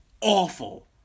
awful